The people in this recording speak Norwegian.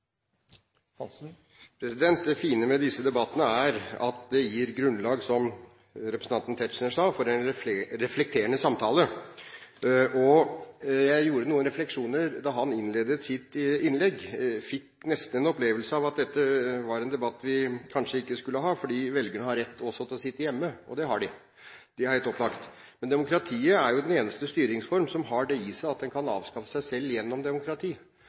at det gir grunnlag, som representanten Tetzschner sa, for en reflekterende samtale. Jeg gjorde noen refleksjoner da han innledet sitt innlegg. Jeg fikk nesten en opplevelse av at dette var en debatt vi kanskje ikke skulle ha, fordi velgerne har rett også til å sitte hjemme. Og det har de – det er helt opplagt. Men demokratiet er jo den eneste styringsform som har det i seg at det kan avskaffe seg selv